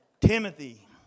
Timothy